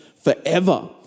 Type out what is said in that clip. forever